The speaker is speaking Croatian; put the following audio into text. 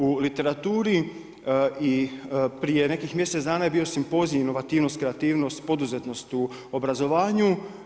U literaturi i prije nekih mjesec dana bio je simpozij, inovativnost, kreativnost, poduzetnost u obrazovanju.